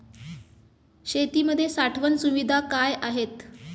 शेतीमध्ये साठवण सुविधा काय आहेत?